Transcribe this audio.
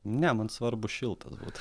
ne man svarbu šiltas būtų